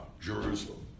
Jerusalem